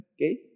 okay